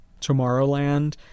Tomorrowland